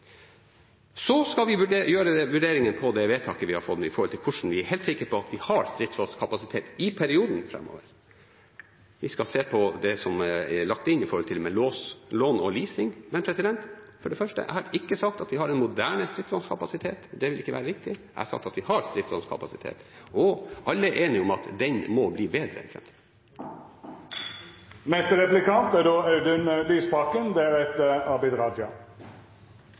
Så skal vi vurdere det vedtaket som gjøres, med tanke på hvordan vi kan være helt sikre på at vi har stridsvognkapasitet i perioden framover. Vi skal se på det som er lagt inn i forbindelse med lån og leasing. Men jeg har ikke sagt at vi har en moderne stridsvognkapasitet – det ville ikke være riktig – jeg har sagt at vi har stridsvognkapasitet. Og alle er enige om at den må bli bedre. Statsrådens svar avdekker veldig tydelig at det fortsatt er